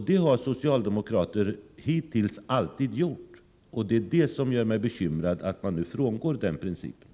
Det har socialdemokrater hittills alltid gjort, och det gör mig bekymrad att de nu frångår den principen.